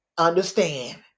understand